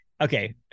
Okay